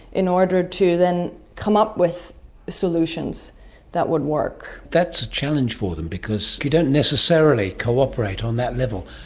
in order to then come up with solutions that would work. that's a challenge for them, because you don't necessarily cooperate on that level,